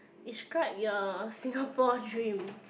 describe your Singapore dream